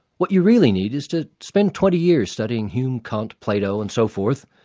what you really need is to spend twenty years studying hume, kant, plato and so forth,